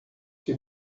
que